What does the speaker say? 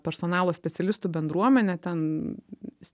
personalo specialistų bendruomenę ten